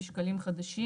בשקלים חדשים.